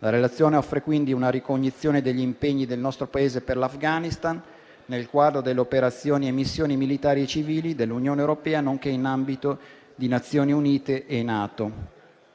La relazione offre quindi una ricognizione degli impegni del nostro Paese per l'Afghanistan, nel quadro delle operazioni e missioni militari e civili dell'Unione europea, nonché in ambito di Nazioni Unite e NATO.